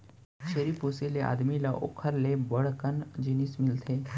छेरी पोसे ले आदमी ल ओकर ले बड़ कन जिनिस मिलथे